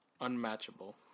unmatchable